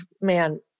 man